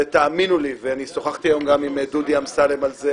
תאמינו לי, ושוחחתי היום גם עם דודי אמסלם על זה